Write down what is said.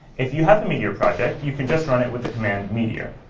if you have a meteor project, you can just run it with the command meteor.